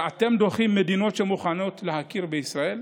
ואתם דוחים מדינות שמוכנות להכיר בישראל?